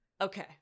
okay